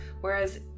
whereas